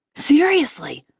seriously,